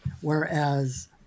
whereas